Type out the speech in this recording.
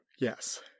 Yes